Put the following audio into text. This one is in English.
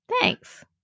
thanks